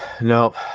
Nope